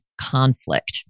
conflict